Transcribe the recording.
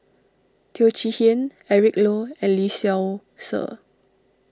Teo Chee Hean Eric Low and Lee Seow Ser